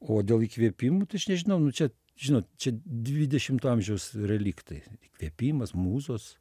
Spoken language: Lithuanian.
o dėl įkvėpimų tai aš nežinau nu čia žinot čia dvidešimto amžiaus reliktai įkvėpimas mūzos